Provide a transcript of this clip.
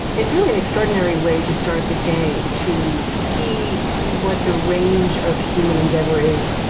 is really an extraordinary way to start the day, to see what the range of human endeavor is,